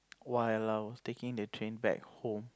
while I was taking the train back home